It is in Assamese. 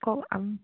অঁ